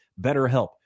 BetterHelp